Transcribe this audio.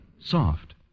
soft